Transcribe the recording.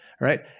Right